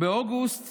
באוגוסט